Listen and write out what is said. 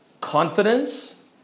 confidence